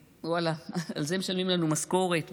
ואללה, על זה משלמים לנו משכורת.